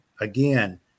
again